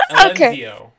Okay